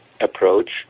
approach